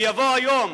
ויבוא היום,